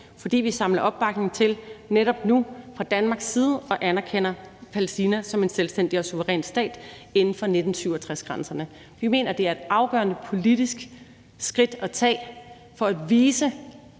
side samler opbakning til at anerkende Palæstina som en selvstændig og suveræn stat inden for 1967-grænserne. Vi mener, at det er et afgørende politisk skridt at tage for at vise